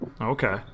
okay